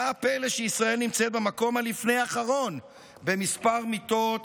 מה הפלא שישראל נמצאת במקום שלפני האחרון במספר מיטות